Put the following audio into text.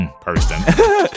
person